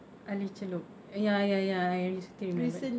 ali celup ya ya ya I recently remembered